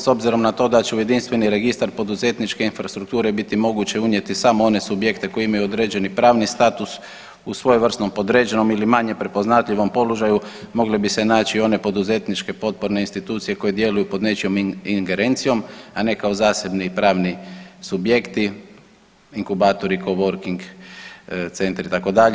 S obzirom na to da će u jedinstveni registar poduzetničke infrastrukture biti moguće unijeti samo one subjekte koji imaju određeni pravni status u svojevrsnom podređenom ili manje prepoznatljivom položaju mogli bi se naći i one poduzetničke potporne institucije koje djeluju pod nečijom ingerencijom, a ne kao zasebni pravni subjekti, inkubatori, coworking centri itd.